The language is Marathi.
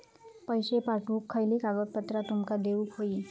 पैशे पाठवुक खयली कागदपत्रा तुमका देऊक व्हयी?